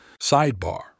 Sidebar